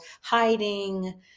hiding